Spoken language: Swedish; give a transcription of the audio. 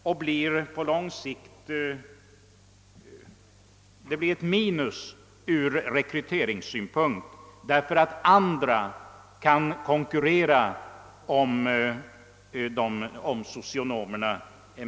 Deita blir på lång sikt ett minus ur rekryteringssynpunkt därför att andra med framgång kan konkurrera om socionomerna.